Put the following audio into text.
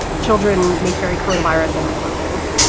children may carry coronavirus at high levels.